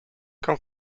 qu’en